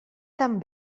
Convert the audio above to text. tan